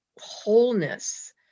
wholeness